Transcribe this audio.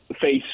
face